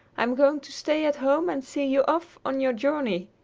i'm going to stay at home and see you off on your journey!